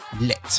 lit